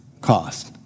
cost